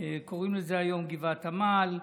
קוראים לזה היום גבעת עמל,